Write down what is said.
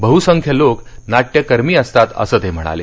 बहसंख्य लोक नाट्यकर्मी असतात असं ते म्हणाले